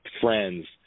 friends